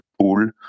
Pool